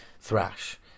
thrash